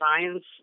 science